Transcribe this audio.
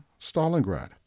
Stalingrad